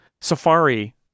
Safari